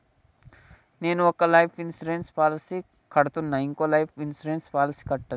నేను ఒక life insurance policy కడ్తున్నా, ఇంకో లైఫ్ ఇన్సూరెన్స్ పాలసీ కట్టొచ్చా?